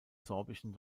sorbischen